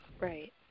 Right